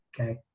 okay